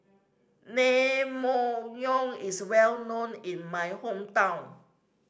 naengmyeon is well known in my hometown